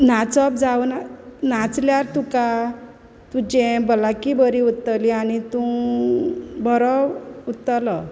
नाचप जावन नाचल्यार तुका तुजें भलायकी बरी उत्तली आनी तूं बोरो उत्तोलो